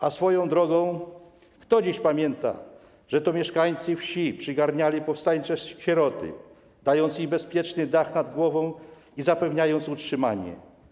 A swoją drogą, kto dziś pamięta, że to mieszkańcy wsi przygarniali powstańcze sieroty, dając im bezpieczny dach nad głową i zapewniając utrzymanie?